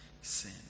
sin